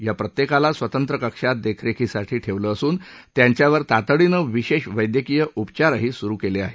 या प्रत्येकाला स्वतंत्र कक्षात देखरेखीखाली ठेवलं असून त्यांच्यावर तातडीनं विशेष वैद्यकीय उपचारही सुरु केले आहेत